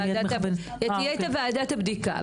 ועדת הבדיקה.